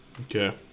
Okay